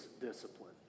discipline